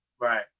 Right